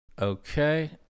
Okay